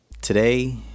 Today